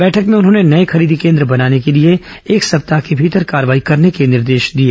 बैठक में उन्होंने नए खरीदी केन्द्र बनाने के लिए एक सप्ताह के भीतर कार्रवाई करने के निर्देश दिए